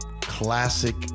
classic